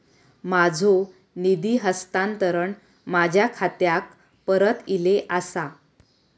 माझो निधी हस्तांतरण माझ्या खात्याक परत इले आसा